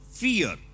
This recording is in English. fear